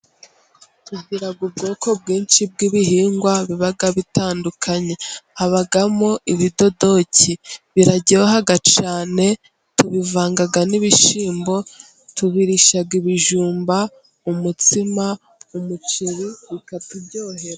Tugira ubwoko bwinshi bw'ibihingwa biba bitandukanye, habamo ibidodoki. Biraryoha cyane. Tubivanga n'ibishyimbo, tubirisha ibijumba umutsima, umuceri.